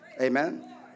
Amen